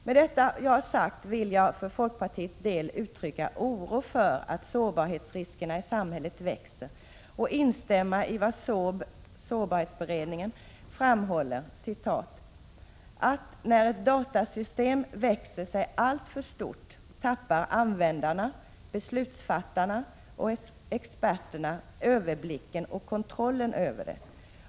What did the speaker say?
Med vad jag har sagt vill jag för folkpartiets del uttrycka oro för att sårbarhetsriskerna i samhället växer och instämma i vad sårbarhetsberedningen framhåller, nämligen att ”när ett datasystem växer sig alltför stort tappar användarna, beslutsfattarna och experterna överblicken och kontrollen över det.